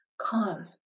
calm